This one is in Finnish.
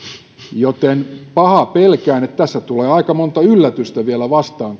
joten pahaa pelkään että tässä tulee aika monta yllätystä vielä vastaan